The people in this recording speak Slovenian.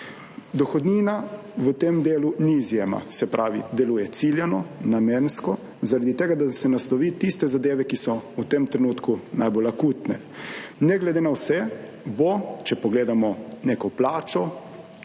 Dohodnina v tem delu ni izjema, se pravi, deluje ciljano, namensko, zaradi tega, da se naslovi tiste zadeve, ki so v tem trenutku najbolj akutne. Ne glede na vse bo, če pogledamo neko plačo,